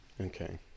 okay